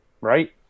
right